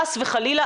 חס וחלילה,